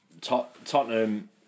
Tottenham